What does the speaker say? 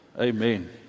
Amen